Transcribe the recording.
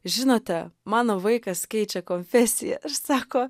žinote mano vaikas keičia konfesiją ir sako